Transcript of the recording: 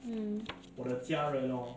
mm